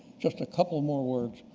just a couple more words.